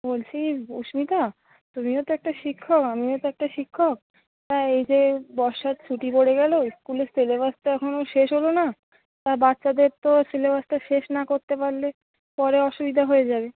বলছি অস্মিতা তুমিও তো একটা শিক্ষক আমিও তো একটা শিক্ষক তা এই যে বর্ষার ছুটি পড়ে গেল স্কুলের সিলেবাস তো এখনো শেষ হলো না তা বাচ্চাদের তো সিলেবাসটা শেষ না করতে পারলে পরে অসুবিধা হয়ে যাবে